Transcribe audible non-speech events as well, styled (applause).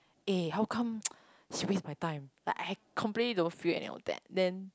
eh how come (noise) she waste my time like I completely don't feel any of that then